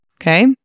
Okay